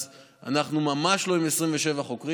אז אנחנו ממש לא עם 27 חוקרים,